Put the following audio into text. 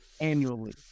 Annually